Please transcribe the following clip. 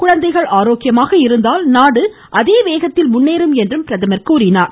குழந்தைகள் ஆரோக்கியமாக இருந்தால் நாடு அதே வேகத்தில் முன்னேறும் என்றும் எடுத்துரைத்தார்